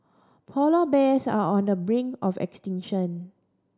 polar bears are on the brink of extinction